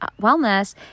wellness